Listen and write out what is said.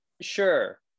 Sure